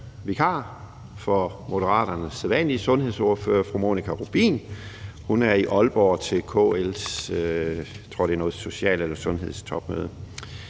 vikar for Moderaternes sædvanlige sundhedsordfører, fru Monika Rubin, som er i Aalborg til et social- eller sundhedstopmøde,